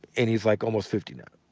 and he's like almost fifty now.